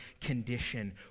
condition